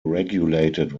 regulated